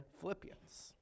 Philippians